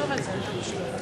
זה יום האשה הבין-לאומי.